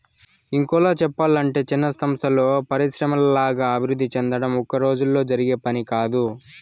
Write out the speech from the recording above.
ఇంకోలా సెప్పలంటే చిన్న సంస్థలు పరిశ్రమల్లాగా అభివృద్ధి సెందడం ఒక్కరోజులో జరిగే పని కాదు